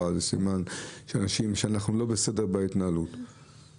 יש שם דירות בבלוקים ב-700-600 אלף שקל